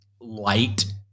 light